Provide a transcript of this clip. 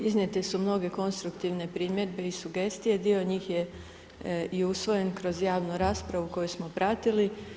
Iznijete su mnoge konstruktivne primjedbe i sugestije, dio njih je i usvojen kroz javnu raspravu koju smo pratili.